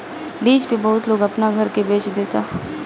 lease पे बहुत लोग अपना घर के बेच देता